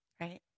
Right